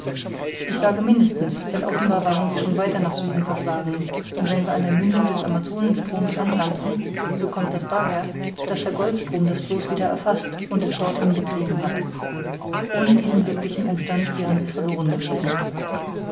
ich sage mindestens denn offenbar waren wir schon weiter nach süden verschlagen und wenn wir an der mündung des amazonenstromes anlangten so kommt das daher daß der golfstrom das floß wieder erfaßt und es dorthin getrieben hat ohne diesen glücklichen umstand wären wir verloren gewesen